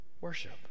worship